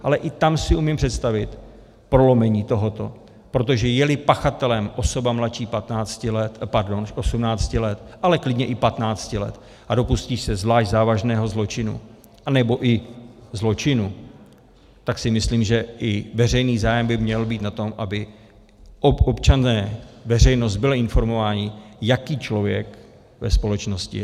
Ale i tam si umím představit prolomení tohoto, protože jeli pachatelem osoba mladší 15 let, pardon, 18 let, ale klidně i 15 let, a dopustí se zvlášť závažného zločinu, anebo i zločinů, tak si myslím, že i veřejný zájem by měl být na tom, aby občané, veřejnost byli informování, jaký člověk ve společnosti je.